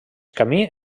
camí